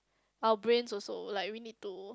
our brains also like we need to